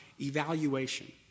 evaluation